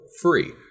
free